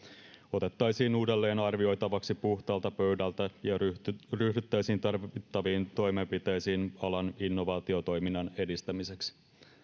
otettaisiin uudelleenarvioitavaksi puhtaalta pöydältä ja ryhdyttäisiin tarvittaviin toimenpiteisiin alan innovaatiotoiminnan edistämiseksi